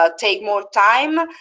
ah take more time.